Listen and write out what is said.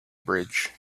bridge